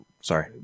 Sorry